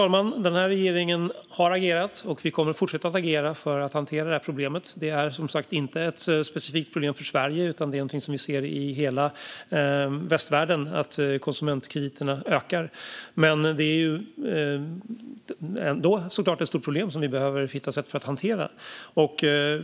Fru talman! Den här regeringen har agerat och kommer att fortsätta agera för att hantera det här problemet. Det är som sagt inte ett specifikt problem för Sverige, utan konsumentkrediterna ökar i hela västvärlden. Men det är ändå såklart ett problem som vi behöver hitta sätt att hantera.